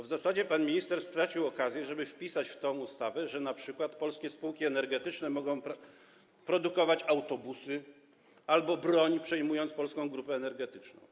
W zasadzie pan minister stracił okazję, żeby wpisać w tę ustawę, że np. polskie spółki energetyczne mogą produkować autobusy albo broń, przejmując Polską Grupę Energetyczną.